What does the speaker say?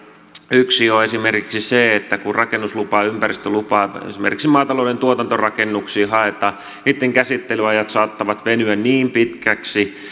yksi on esimerkiksi se että kun rakennuslupaa ympäristölupaa esimerkiksi maatalouden tuotantorakennuksiin haetaan niitten käsittelyajat saattavat venyä niin pitkiksi